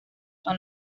son